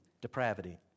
depravity